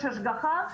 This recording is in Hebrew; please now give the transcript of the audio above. יש השגחה,